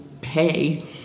pay